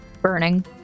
burning